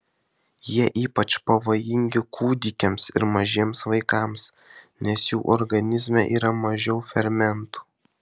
jie ypač pavojingi kūdikiams ir mažiems vaikams nes jų organizme yra mažiau fermentų